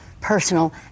personal